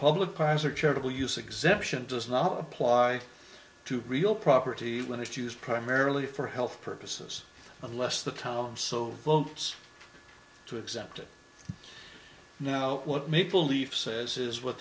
public crimes or charitable use exemption does not apply to real property when it's used primarily for health purposes unless the town so votes to exempt it know what maple leaf says is what